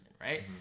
right